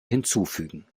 hinzufügen